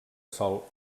sol